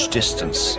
distance